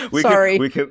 Sorry